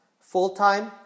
full-time